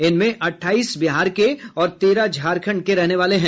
इनमें अठाईस बिहार के और तेरह झारखंड के रहने वाले हैं